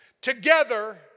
Together